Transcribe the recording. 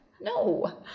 no